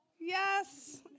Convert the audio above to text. Yes